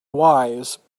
wise